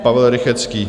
Pavel Rychetský.